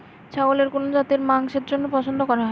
ছাগলের কোন জাতের মাংসের জন্য পছন্দ করা হয়?